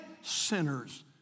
sinners